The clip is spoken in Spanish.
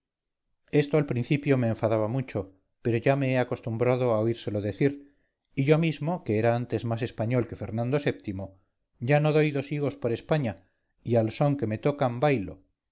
esto al principio me enfadaba mucho pero ya me he acostumbrado a oírselo decir y yo mismo que era antes más español que fernando vii ya no doy dos higos por españa y al son que me tocan bailo